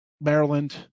Maryland